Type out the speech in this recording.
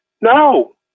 No